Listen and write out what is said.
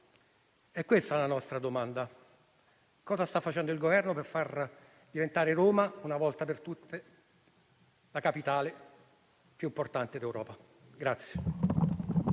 È questa la nostra domanda: cosa sta facendo il Governo per far diventare Roma, una volta per tutte, la capitale più importante d'Europa?